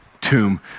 tomb